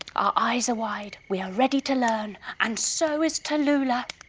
our eyes are wide we are ready to learn and so is tallulah.